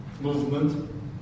movement